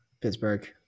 Pittsburgh